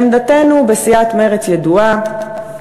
עמדתנו בסיעת מרצ ידועה,